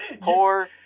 Poor